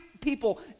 people